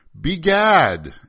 Begad